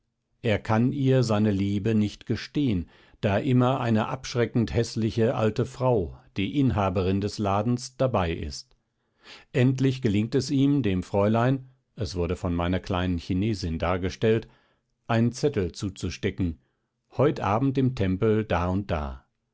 er kann ihr seine liebe nicht gestehen da immer eine abschreckend häßliche alte frau die inhaberin des ladens dabei ist endlich gelingt es ihm dem fräulein es wurde von meiner kleinen chinesin dargestellt einen zettel zuzustecken heut abend im tempel da und da